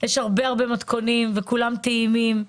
וכולם טעימים.